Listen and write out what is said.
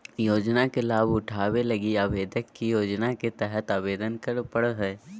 योजना के लाभ उठावे लगी आवेदक के योजना के तहत आवेदन करे पड़ो हइ